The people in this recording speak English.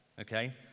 okay